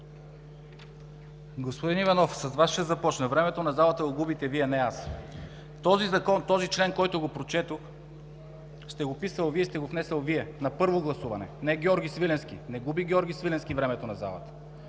Господин Иванов, с Вас ще започна – времето на залата губите не Вие, а не аз. В този Закон, този член, който прочетох, сте го писал Вие и сте го внесъл Вие на първо гласуване, а не Георги Свиленски. Не губи Георги Свиленски времето на залата.